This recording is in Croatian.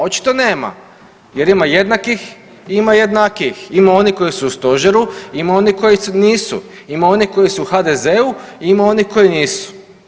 Očito nema jer ima jednakih i ima jednakijih, ima onih koji su u stožeru, ima onih koji nisu, ima onih koji su HDZ-u, ima onih koji nisu.